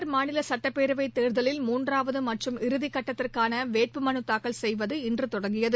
பீகார் மாநில சட்டப்பேரவை தேர்தலில் மூன்றாவது மற்றும் இறுதிக்கட்டத்திற்கான வேட்புமனு தாக்கல் செய்வது இன்று தொடங்கியது